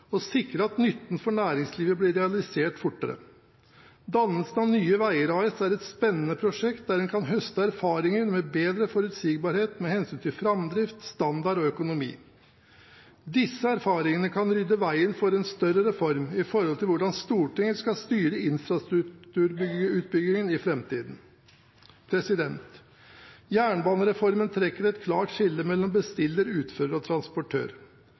og sikre at nytten for næringslivet blir realisert fortere. Dannelsen av Nye Veier AS er et spennende prosjekt der en kan høste erfaringer med bedre forutsigbarhet med hensyn til framdrift, standard og økonomi. Disse erfaringene kan rydde veien for en større reform i forhold til hvordan Stortinget skal styre infrastrukturutbyggingen i framtiden. Jernbanereformen trekker et klart skille mellom bestiller, utfører og transportør.